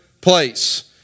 place